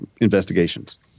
investigations